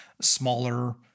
smaller